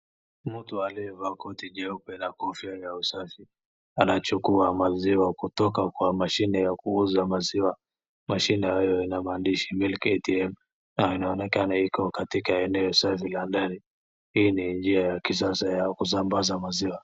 Mtu aliyevaa koti jeupe na kofia ya usafi anachukua maziwa kutoka kwa mashini ya kuuza maziwa. Mashini ina maandishi milk atm na inaonekana iko katika eneo safi la ndani. Hii ni njia ya kisasa ya kusambaza maziwa.